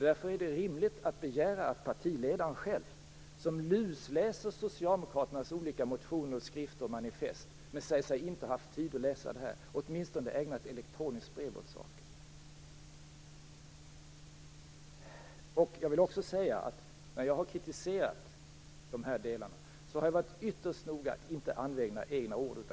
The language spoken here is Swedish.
Därför är det rimligt att partiledaren själv, som lusläser Socialdemokraternas motioner, skrifter och manifest, men som säger sig inte ha haft tid att läsa detta, åtminstone ägnar ett elektroniskt brev åt saken. Jag har kritiserat detta. Men jag har varit ytterst noga att inte använda egna ord.